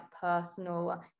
personal